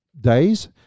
days